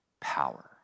power